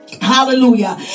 Hallelujah